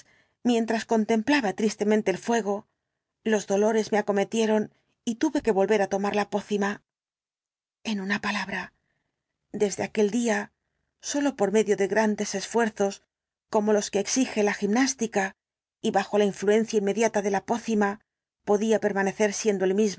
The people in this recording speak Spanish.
mientras contemplaba tristemente el fuego los dolores me acometieron y tuve que volver á tomar la pócima en una palabra desde aquel día sólo por medio de grandes esfuerzos como los que exige la gimnástica y bajo la influencia inmediata de la pócima podía permanecer siendo